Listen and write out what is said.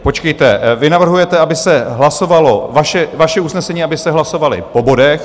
Počkejte, vy navrhujete, aby se hlasovalo vaše usnesení, abychom hlasovali po bodech?